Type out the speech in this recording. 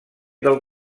del